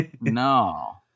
No